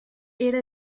era